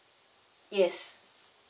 yes